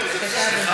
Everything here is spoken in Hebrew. בבקשה,